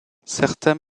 certains